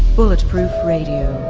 bulletproof radio,